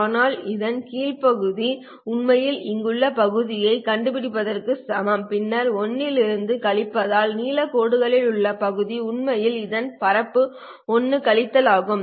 ஆனால் இதன் கீழ் உள்ள பகுதி உண்மையில் இங்குள்ள பகுதியைக் கண்டுபிடிப்பதற்கு சமம் பின்னர் 1 இலிருந்து கழிப்பதால் நீல கோடுகளில் உள்ள பகுதி உண்மையில் இதன் பரப்பளவு 1 கழித்தல் ஆகும்